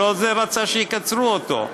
ולא זה רצה שיקצרו אותו.